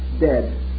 dead